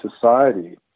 society